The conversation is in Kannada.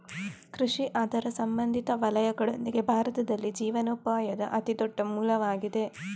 ಕೃಷಿ ಅದರ ಸಂಬಂಧಿತ ವಲಯಗಳೊಂದಿಗೆ, ಭಾರತದಲ್ಲಿ ಜೀವನೋಪಾಯದ ಅತಿ ದೊಡ್ಡ ಮೂಲವಾಗಿದೆ